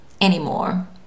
anymore